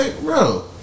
Bro